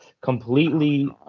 completely